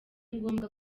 ngombwa